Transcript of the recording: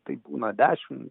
tai būna dešimt